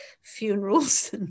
funerals